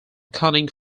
cunning